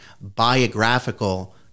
biographical